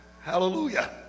hallelujah